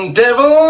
devil